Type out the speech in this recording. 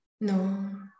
No